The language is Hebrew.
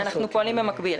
אנחנו פועלים במקביל.